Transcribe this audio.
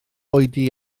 oedi